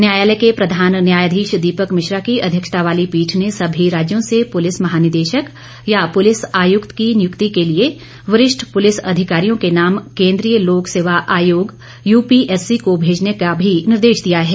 न्यायालय के प्रधान न्यायाधीश दीपक मिश्रा की अध्यक्षता वाली पीठ ने सभी राज्यों से पुलिस महानिदेशक या पुलिस आयुक्त की नियुक्ति के लिए वरिष्ठ पुलिस अधिकारियों के नाम केन्द्रीय लोक सेवा आयोग यूपीएससी को भेजने का भी निर्देश दिया है